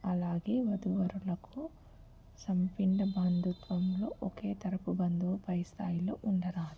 అలాగే వధూవరులకు సంపిండ బంధుత్వంలో ఒకే తరపు బంధువు పై స్థాయిలో ఉండరాదు